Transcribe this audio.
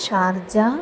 Sharjah